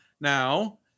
now